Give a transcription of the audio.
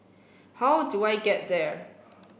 how do I get there